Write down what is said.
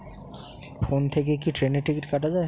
Phone থেকে কি ট্রেনের টিকিট কাটা য়ায়?